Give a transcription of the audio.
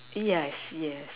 yeah yes